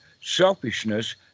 selfishness